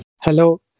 Hello